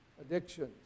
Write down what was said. addictions